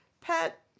pet